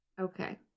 Okay